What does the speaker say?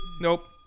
Nope